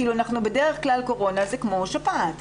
בדרך כלל קורונה היא כמו שפעת.